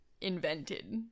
invented